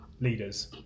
leaders